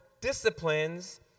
disciplines